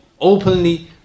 openly